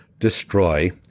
Destroy